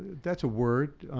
that's a word.